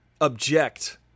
object